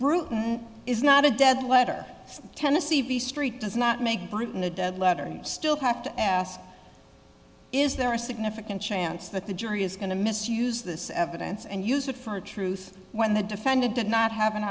brute is not a dead letter tennessee v street does not make britain a dead letter you still have to ask is there a significant chance that the jury is going to misuse this evidence and use it for truth when the defendant did not have an